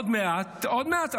עוד מעט,